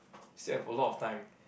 still have a lot of time